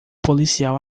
policial